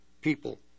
people